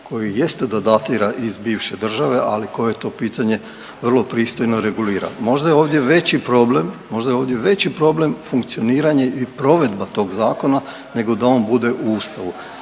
koji jeste da datira iz bivše države, ali koji to pitanje vrlo pristojno regulira. Možda je ovdje veći problem funkcioniranje i provedba tog zakona nego da on bude u Ustavu.